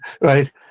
right